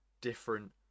different